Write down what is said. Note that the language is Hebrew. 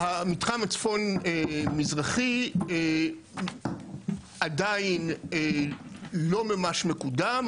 המתחם הצפון-מזרחי עדיין לא ממש מקודם.